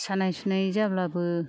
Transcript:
सानाय सुनाय जाब्लाबो